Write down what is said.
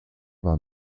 war